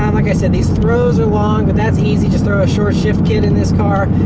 um like i said, these throws are long, but that's easy, just throw a short shift kit in this car,